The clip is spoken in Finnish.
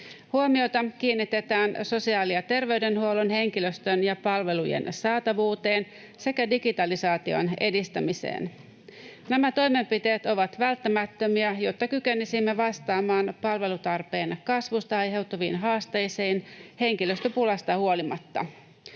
Huomiota kiinnitetään sosiaali- ja terveydenhuollon henkilöstön ja palvelujen saatavuuteen sekä digitalisaation edistämiseen. Nämä toimenpiteet ovat välttämättömiä, jotta kykenisimme vastaamaan palvelutarpeen kasvusta aiheutuviin haasteisiin henkilöstöpulasta huolimatta.